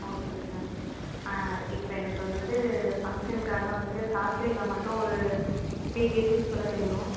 okay sir ஆ இப்போ எனக்கு வந்துவிட்டு ஃபங்க்ஷன்க்காக வந்துவிட்டு காசி அல்வா மட்டும் ஒரு த்ரீ கேஜிஸ் போல் வேணும்